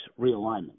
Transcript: realignment